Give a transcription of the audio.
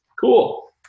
Cool